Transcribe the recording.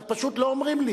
פשוט לא אומרים.